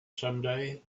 someday